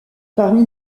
parmi